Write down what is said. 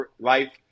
life